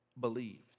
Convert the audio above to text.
believed